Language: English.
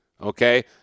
okay